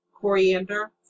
Coriander